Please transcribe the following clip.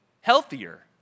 healthier